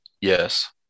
Yes